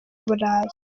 buraya